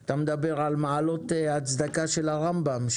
אתה מדבר על מעלות הצדקה של הרמב"ם,